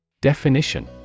DEFINITION